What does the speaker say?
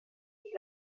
sich